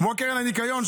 כמו קרן הניקיון,